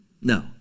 No